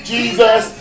Jesus